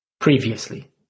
Previously